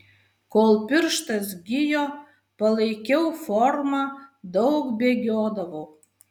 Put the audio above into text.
kol pirštas gijo palaikiau formą daug bėgiodavau